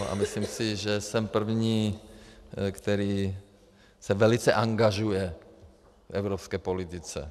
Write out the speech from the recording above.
A myslím si, že jsem první, který se velice angažuje v evropské politice.